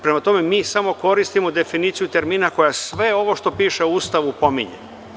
Prema tome, mi samo koristimo definiciju termina koja sve ovo što piše u Ustavu pominje.